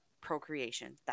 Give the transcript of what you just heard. procreation